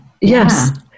Yes